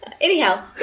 Anyhow